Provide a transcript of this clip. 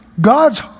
God's